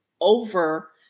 over